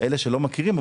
אלה שלא מכירים,